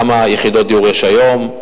כמה יחידות דיור יש היום,